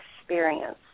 experience